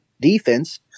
defense